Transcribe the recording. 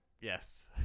Yes